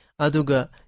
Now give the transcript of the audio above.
aduga